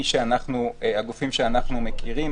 הגופים שאנחנו מכירים,